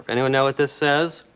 anyone know what this says?